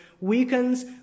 weakens